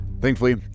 Thankfully